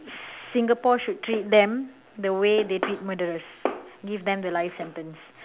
Singapore should treat them the way they treat the murderers give them the life sentence